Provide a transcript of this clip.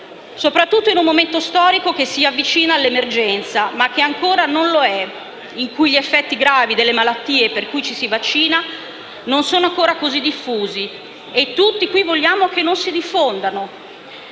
soprattutto in un momento storico che si avvicina all'emergenza ma che ancora non lo è, in cui gli effetti gravi delle malattie per cui ci si vaccina, non sono ancora così diffusi. Tutti qui vogliamo che non si diffondano.